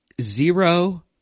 Zero